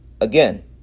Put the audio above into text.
Again